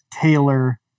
Taylor